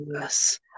Yes